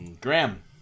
Graham